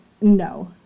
No